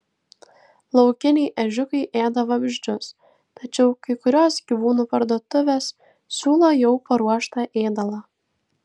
laukiniai ežiukai ėda vabzdžius tačiau kai kurios gyvūnų parduotuvės siūlo jau paruoštą ėdalą